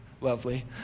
Lovely